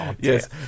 Yes